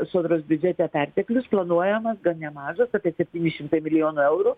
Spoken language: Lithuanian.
sodros biudžete perteklius planuojamas gan nemažas apie septyni šimtai milijonų eurų